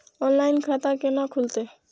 Online खाता केना खुलते?